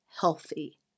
healthy